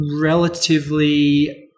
relatively